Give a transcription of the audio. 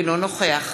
אינו נוכח